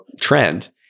trend